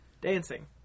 dancing